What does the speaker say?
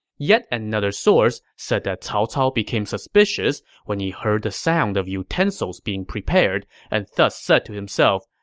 yet another source said that cao cao became suspicious when he heard the sound of utensils being prepared and thus said to himself,